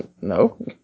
No